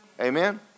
Amen